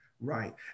right